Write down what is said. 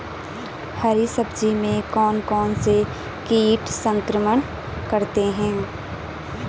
हरी सब्जी में कौन कौन से कीट संक्रमण करते हैं?